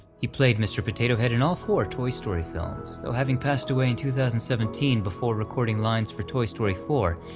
he played mr. potato head in all four toy story films, though having passed away in two thousand and seventeen before recording lines for toy story four,